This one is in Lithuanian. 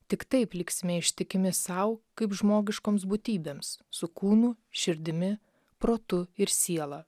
tik taip liksime ištikimi sau kaip žmogiškoms būtybėms su kūnu širdimi protu ir siela